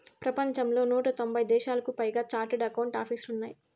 ప్రపంచంలో నూట తొంభై దేశాలకు పైగా చార్టెడ్ అకౌంట్ ఆపీసులు ఉన్నాయి